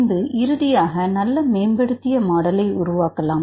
பின்பு இறுதியாக நல்ல மேம்படுத்திய மாடலை உருவாக்கலாம்